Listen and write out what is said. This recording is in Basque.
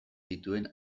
dituen